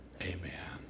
amen